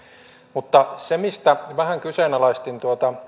mutta se mistä vähän kyseenalaistin